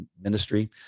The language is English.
ministry